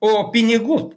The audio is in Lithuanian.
o pinigų